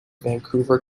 vancouver